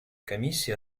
комиссии